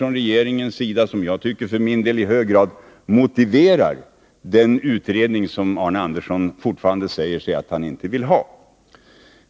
Det tycker jag i hög grad motiverar den utredning som Arne Andersson fortfarande säger sig inte vilja ha.